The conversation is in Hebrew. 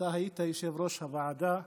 כשאתה היית יושב-ראש הוועדה.